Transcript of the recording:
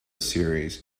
series